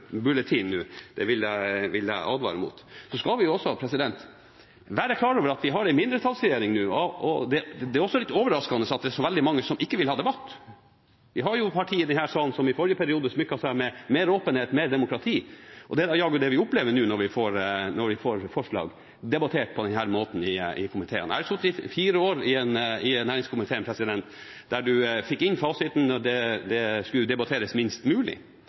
vil jeg advare mot. Så skal vi være klar over at vi nå har en mindretallsregjering. Det er også litt overraskende at det er så veldig mange som ikke vil ha debatt. Vi har partier i denne salen som i forrige periode smykket seg med mer åpenhet og mer demokrati, og det er jaggu det vi opplever nå når vi får forslag debattert på denne måten i komiteen. Jeg har sittet i fire år i næringskomiteen, der vi fikk inn fasiten, og det skulle debatteres minst mulig.